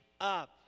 up